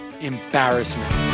embarrassment